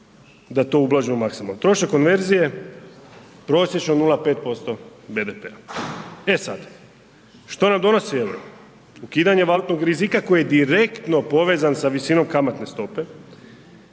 da to ublažimo maksimalno. Trošak konverzije prosječno 0,5% BDP-a. E sad, što nam donosi EUR-o? Ukidanje valutnog rizika koji je direktno povezan sa visinom kamatne stope,